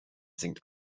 singt